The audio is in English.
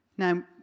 Now